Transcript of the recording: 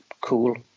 cool